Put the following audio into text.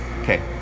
okay